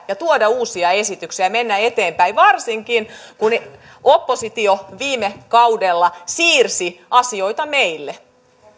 ja tuoda uusia esityksiä mennä eteenpäin varsinkin kun oppositio viime kaudella siirsi asioita meille